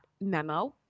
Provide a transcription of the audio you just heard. memo